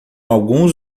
alguns